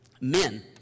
Men